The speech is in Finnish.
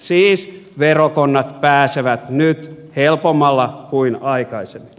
siis verokonnat pääsevät nyt helpommalla kuin aikaisemmin